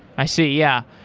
i see, yeah.